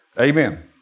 Amen